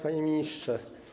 Panie Ministrze!